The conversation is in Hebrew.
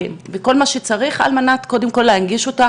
וכל מה שצריך על מנת קודם כל להנגיש אותה